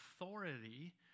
authority